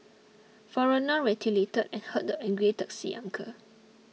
foreigner retaliated and hurt angry taxi uncle